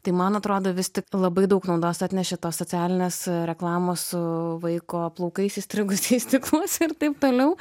tai man atrodo vis tik labai daug naudos atnešė tos socialinės reklamos su vaiko plaukais įstrigusiais stikluose ir taip toliau